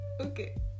okay